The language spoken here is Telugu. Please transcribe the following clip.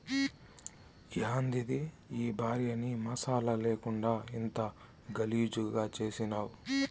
యాందిది ఈ భార్యని మసాలా లేకుండా ఇంత గలీజుగా చేసినావ్